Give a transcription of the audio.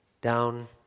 down